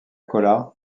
cola